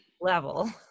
level